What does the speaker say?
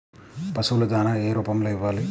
పశువుల దాణా ఏ రూపంలో ఇవ్వాలి?